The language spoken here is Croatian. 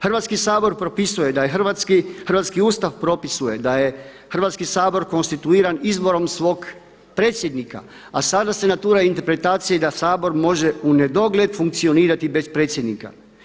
Hrvatski sabor propisuje da je, hrvatski Ustav propisuje da je Hrvatski sabor konstituiran izborom svog predsjednika a sada se natura interpretacija da Sabor može u nedogled funkcionirati bez predsjednika.